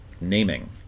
naming